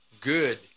good